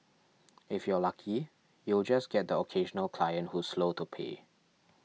if you're lucky you'll just get the occasional client who's slow to pay